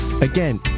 Again